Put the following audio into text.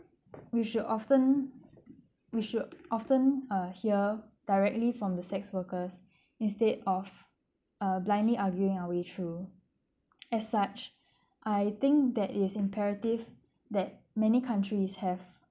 we should often we should often uh hear directly from the sex workers instead of uh blindly arguing our issue as such I think that it is imperative that many countries have